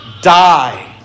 die